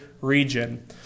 region